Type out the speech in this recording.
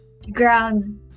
Ground